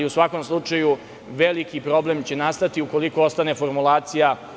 U svakom slučaju, veliki problem će nastati ukoliko ostane formulacija.